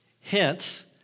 hence